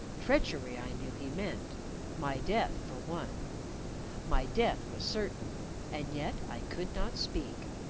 treachery i knew he meant my death, for one my death was certain and yet i could not speak.